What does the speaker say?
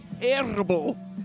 terrible